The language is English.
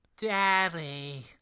Daddy